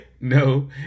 No